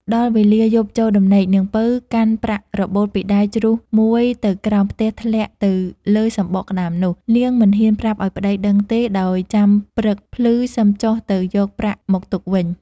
ដល់វេលាយប់ចូលដំណេកនាងពៅកាន់ប្រាក់របូតពីដៃជ្រុះមួយទៅក្រោមផ្ទះធ្លាក់ទៅលើសំបកក្ដាមនោះ នាងមិនហ៊ានប្រាប់ឲ្យប្ដីដឹងទេដោយចាំព្រឹកភ្លឺសឹមចុះទៅយកប្រាក់មកទុកវិញ។